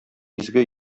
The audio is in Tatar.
изге